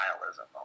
nihilism